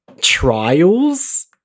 trials